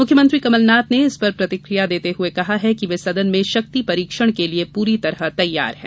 मुख्यमंत्री कमलनाथ ने इस पर प्रतिक्रिया देते हुए कहा कि वे सदन में शक्ति परीक्षण के लिए पूरी तरह से तैयार हैं